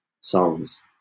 songs